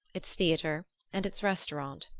its theatre and its restaurant.